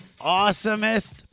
awesomest